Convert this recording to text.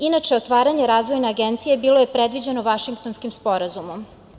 Inače, otvaranje Razvojne agencije bilo je predviđeno Vašingtonskim sporazumom.